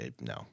no